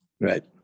Right